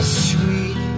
sweet